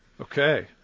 Okay